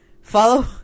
follow